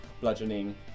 bludgeoning